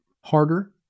harder